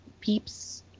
peeps